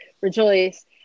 rejoice